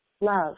love